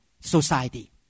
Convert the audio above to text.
society